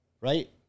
Right